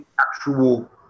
actual